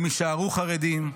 הם יישארו חרדים,